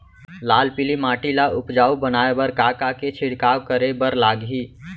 लाल पीली माटी ला उपजाऊ बनाए बर का का के छिड़काव करे बर लागही?